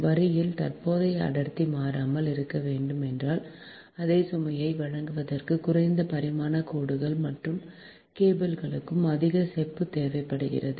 வரியில் தற்போதைய அடர்த்தி மாறாமல் இருக்க வேண்டும் என்றால் அதே சுமையை வழங்குவதற்கு குறைந்த பரிமாணக் கோடுகள் மற்றும் கேபிள்களுக்கு அதிக செப்பு தேவைப்படுகிறது